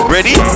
Ready